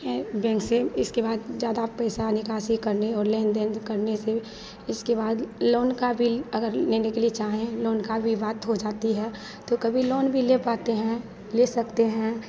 ऐं बैंक से इसके बाद ज़्यादा पैसा निकासी करने और लेन देन करने से इसके बाद लोन का भी अगर लेने के लिए चाहें लोन का भी बात हो जाती है तो कभी लोन भी ले पाते हैं ले सकते हैं